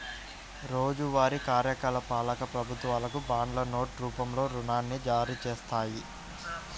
రోజువారీ కార్యకలాపాలకు ప్రభుత్వాలు బాండ్లు, నోట్ రూపంలో రుణాన్ని జారీచేత్తాయి